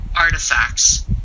artifacts